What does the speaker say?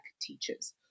teachers